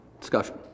Discussion